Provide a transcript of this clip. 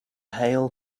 hail